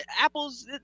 apples